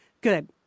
good